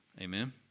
Amen